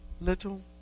little